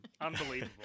Unbelievable